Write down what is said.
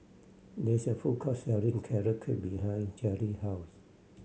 there is a food court selling Carrot Cake behind Jaylee house